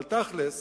אבל תכל'ס,